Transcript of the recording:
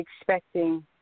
expecting